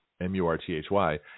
M-U-R-T-H-Y